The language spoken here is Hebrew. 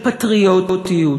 של פטריוטיות,